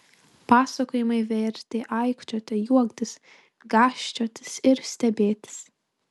pasakojimai vertė aikčioti juoktis gąsčiotis ir stebėtis